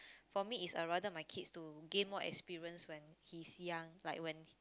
for me is I rather my kids to gain more experience when he's young like when